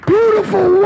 Beautiful